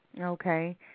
Okay